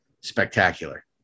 spectacular